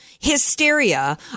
Hysteria